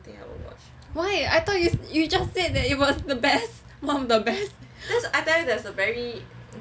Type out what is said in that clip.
why I thought you just you just said that it was the best one of the best